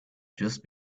just